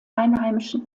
einheimischen